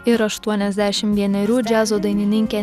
ir aštuoniasdešim vienerių džiazo dainininkė